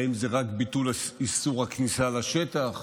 האם זה רק ביטול איסור הכניסה לשטח